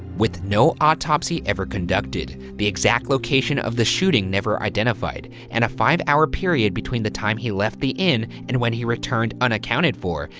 with no autopsy ever conducted, the exact location of the shooting never identified, and a five hour period between the time he left the inn and when he returned unaccounted for,